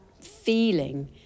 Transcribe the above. feeling